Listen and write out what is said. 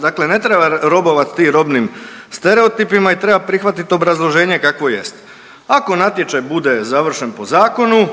Dakle, ne treba robovati tim robim stereotipima i treba prihvatit obrazloženje kakvo jest. Ako natječaj bude završen po zakonu